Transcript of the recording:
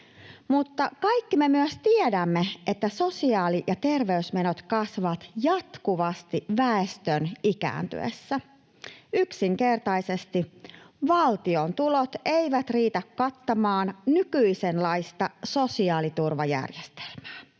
kaikki me myös tiedämme, että sosiaali- ja terveysmenot kasvavat jatkuvasti väestön ikääntyessä. Yksinkertaisesti valtion tulot eivät riitä kattamaan nykyisenlaista sosiaaliturvajärjestelmää.